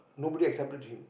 nobody accepted him